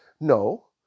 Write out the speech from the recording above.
No